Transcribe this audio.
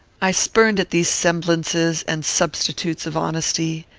i spurned at these semblances and substitutes of honesty,